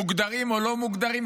מוגדרים או לא מוגדרים,